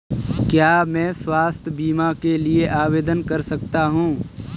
क्या मैं स्वास्थ्य बीमा के लिए आवेदन कर सकता हूँ?